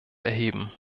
erheben